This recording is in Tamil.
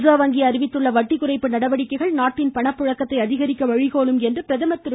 ரிசர்வ் வங்கி அறிவித்துள்ள வட்டி குறைப்பு நடவடிக்கைகள் நாட்டின் பண புழக்கத்தை அதிகரிக்க வழிகோலும் என்று பிரதமர் திரு